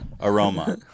aroma